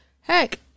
Heck